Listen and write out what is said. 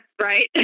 Right